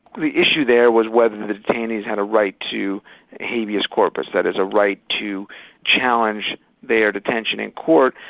the issue there was whether the detainees had a right to habeas corpus, that is, a right to challenge their detention in court,